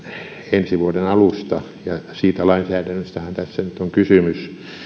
ensi vuoden alusta ja siitä lainsäädännöstähän tässä nyt on kysymys